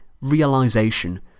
realisation